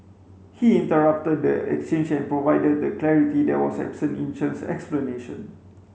he interrupted the exchange and provided the clarity that was absent in Chen's explanation